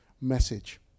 message